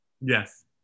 Yes